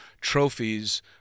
trophies